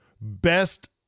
Best